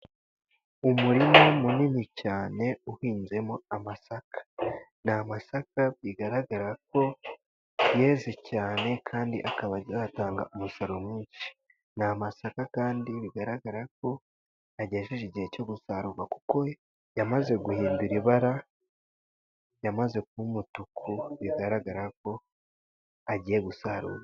Umurima munini cyane uhinzemo amasaka. Ni amasaka bigaragara ko yeze cyane kandi akaba yatanga umusaruro mwinshi. Ni amasaka kandi bigaragara ko ageze igihe cyo gusarurwa kuberako yamaze guhindura ibara, yamaze kuba umutuku bigaragara ko agiye gusarurwa.